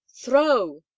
throw